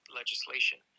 legislation